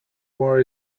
war